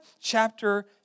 chapter